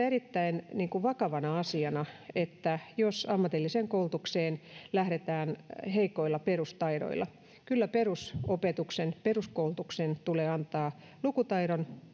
erittäin vakavana asiana jos ammatilliseen koulutukseen lähdetään heikoilla perustaidoilla kyllä perusopetuksen peruskoulutuksen tulee antaa lukutaidon